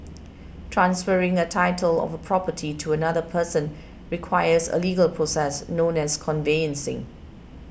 transferring the title of a property to another person requires a legal process known as conveyancing